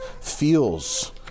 feels